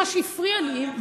מה שהפריע לי,